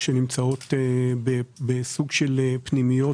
שנמצאות בסוג של פנימיות,